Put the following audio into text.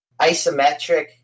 isometric